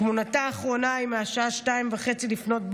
תמונתה האחרונה היא מהשעה 02:30,